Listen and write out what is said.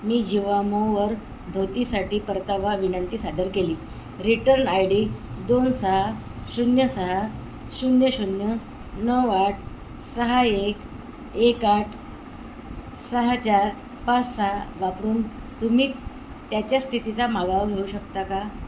मी जिवामोवर धोतीसाठी परतावा विनंती सादर केली रिटर्न आय डी दोन सहा शून्य सहा शून्य शून्य नऊ आठ सहा एक एक आठ सहा चार पाच सहा वापरून तुम्ही त्याच्या स्थितीचा मागोवा घेऊ शकता का